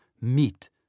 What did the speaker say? meet